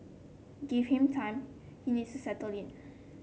give him time he needs to settle in